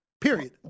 Period